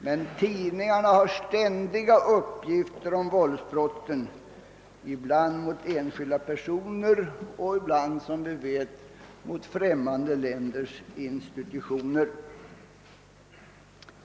Men tidningarna har ständiga uppgifter om våldsbrott — ibland mot enskilda personer och ibland, som vi vet, mot främmande länders institutioner.